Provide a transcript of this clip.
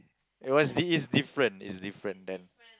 it was the it's different it's different than